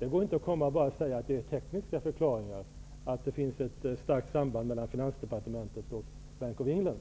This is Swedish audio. Man kan inte bara hänvisa till tekniska förklaringar och säga att det finns ett starkt samband mellan finansdepartementet och Bank of England.